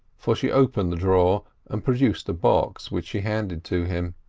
for she opened the drawer and produced a box, which she handed to him.